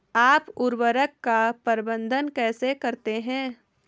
आप उर्वरक का प्रबंधन कैसे करते हैं?